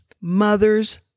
Mothers